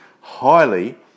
highly